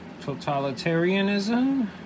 Totalitarianism